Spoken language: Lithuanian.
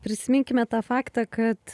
prisiminkime tą faktą kad